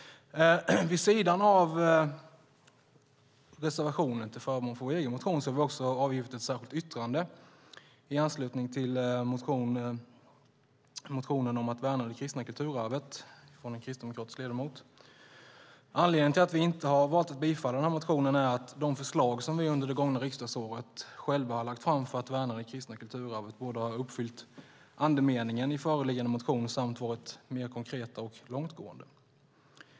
Vid sidan av reservationen till förmån för vår egen motion har vi också avgivit ett särskilt yttrande i anslutning till motionen om att värna det kristna kulturarvet från en kristdemokratisk ledamot. Anledningen till att vi inte har valt att yrka bifall till motionen är att de förslag som vi under det gångna riksdagsåret själva har lagt fram för att värna det kristna kulturarvet borde ha uppfyllt andemeningen i föreliggande motion samt varit mer konkreta och långtgående.